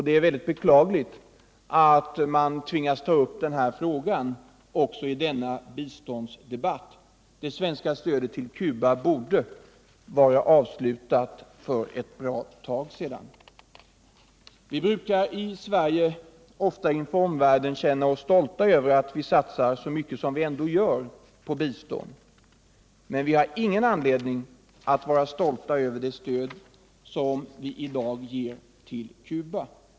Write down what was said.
Det är beklagligt att tvingas ta upp frågan också i denna biståndsdebatt. Det svenska stödet till Cuba borde vara avslutat för ett bra tag sedan. Vi brukar i Sverige ofta inför omvärlden känna oss stolta över att vi satsar så mycket som vi ändå gör på bistånd. Men vi har ingen anledning att vara stolta över det stöd som vi nu ger till Cuba.